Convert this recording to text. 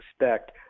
expect